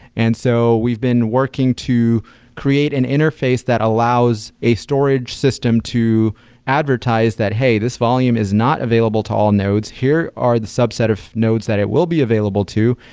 and so we've been working to create an interface that allows a storage system to advertise that, hey, this volume is not available to all nodes. here are the subset of nodes that it will be available to,